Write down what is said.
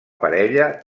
parella